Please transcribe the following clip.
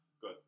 good